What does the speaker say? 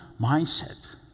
mindset